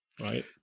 Right